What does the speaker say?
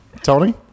Tony